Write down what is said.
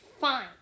Fine